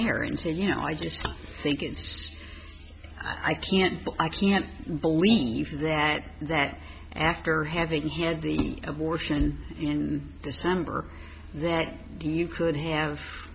air and say you know i just think it's i can't i can't believe that that after having had the abortion in december that you could have